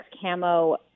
camo